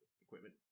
equipment